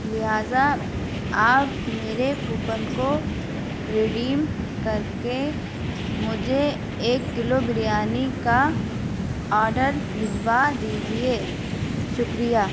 لہٰذا آپ میرے کوپن کو رڈیم کر کے مجھے ایک کلو بریانی کا آڈر بھجوا دیجیے شکریہ